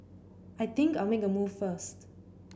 I think I'll make a move first